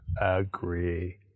agree